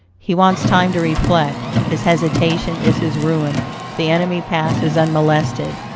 he wants time to reflect his hesitation is his ruin the enemy passes unmolested,